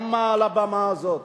גם מעל במה זו: